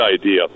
idea